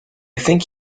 think